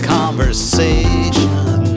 conversation